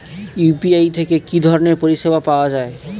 UPI থেকে কি ধরণের পরিষেবা পাওয়া য়ায়?